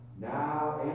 now